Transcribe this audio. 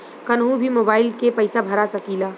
कन्हू भी मोबाइल के पैसा भरा सकीला?